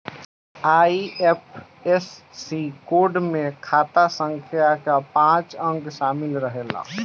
IFSC code में खाता संख्या कअ पांच अंक शामिल रहेला